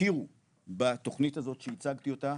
שתכירו בתוכנית הזאת שהצגתי אותה,